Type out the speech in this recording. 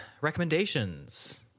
recommendations